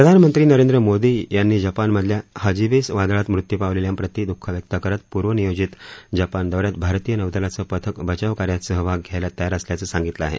प्रधानमंत्री नरेंद्र मोदी यांनी जपानमधल्या हजिबिस वादळात मृत्यू पावलेल्यांप्रति दुःख व्यक्त करत पूर्वनियोजित जपान दौ यात भारतीय नौदलाचं पथक बचावकार्यात सहभाग घ्यायला तयार असल्याचं सांगितलं आहे